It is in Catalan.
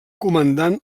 comandant